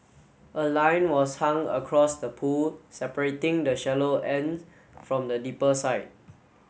a line was hung across the pool separating the shallow end from the deeper side